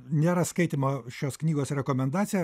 nėra skaitymo šios knygos rekomendacija